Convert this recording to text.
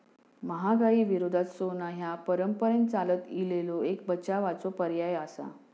महागाई विरोधात सोना ह्या परंपरेन चालत इलेलो एक बचावाचो पर्याय आसा